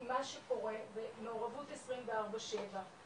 כי מה שקורה זה מעורבות 24/7,